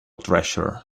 treasure